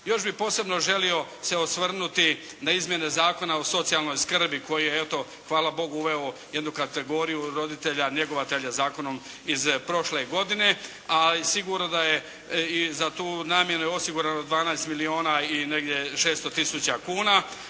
Još bi posebno se želio osvrnuti na izmjene Zakona o socijalnoj skrbi koji je eto hvala Bogu uveo jednu kategoriju roditelja, njegovatelja zakonom iz prošle godine. A i sigurno da je i za tu namjenu osigurano 12 milijuna i negdje 600 tisuća kuna.